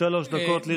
שלוש דקות לרשותך.